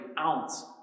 ounce